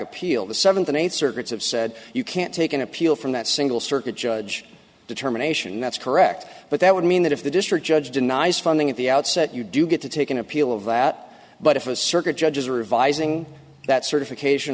appeal the seventh and eighth circuits have said you can't take an appeal from that single circuit judge determination that's correct but that would mean that if the district judge denies funding at the outset you do get to take an appeal of that but if a circuit judges revising that certification